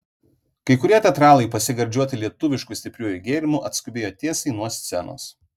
kai kurie teatralai pasigardžiuoti lietuvišku stipriuoju gėrimu atskubėjo tiesiai nuo scenos